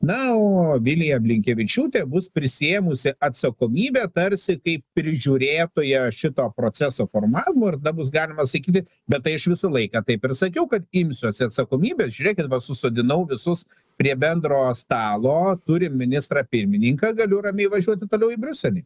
na o vilija blinkevičiūtė bus prisiėmusi atsakomybę tarsi kaip prižiūrėtoja šito proceso formavimo ir tada galima sakyti bet tai aš visą laiką taip ir sakiau kad imsiuosi atsakomybės žiūrėkit va susodinau visus prie bendro stalo turim ministrą pirmininką galiu ramiai važiuoti toliau į briuselį